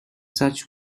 such